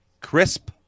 Crisp